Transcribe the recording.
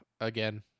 again